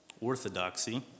orthodoxy